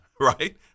right